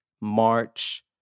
March